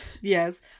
yes